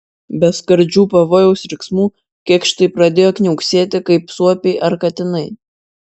be skardžių pavojaus riksmų kėkštai pradėjo kniauksėti kaip suopiai ar katinai